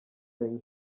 kenya